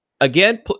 again